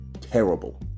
terrible